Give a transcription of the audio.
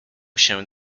się